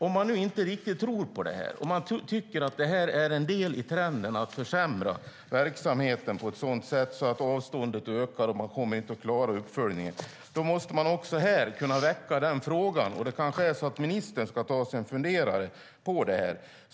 Om man nu inte riktigt tror på det här, om man tycker att det är en del i trenden att försämra verksamheten på ett sådant sätt att avståndet ökar och man inte kommer att klara uppföljningen, då måste man kunna väcka den frågan. Det kanske är så att ministern ska ta sig en funderare på det.